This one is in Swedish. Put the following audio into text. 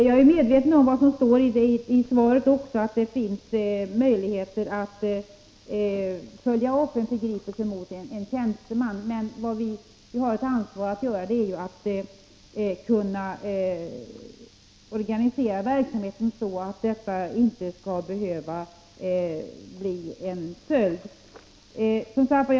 Jag är medveten om att det, som det står i svaret, finns möjligheter att följa upp fall som rör förgripelse mot tjänsteman, men vi har ett ansvar för att vi organiserar verksamheten så, att sådana situationer inte skall behöva uppstå.